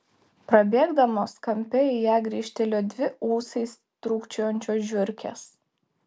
prabėgdamos kampe į ją grįžtelėjo dvi ūsais trūkčiojančios žiurkės